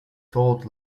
told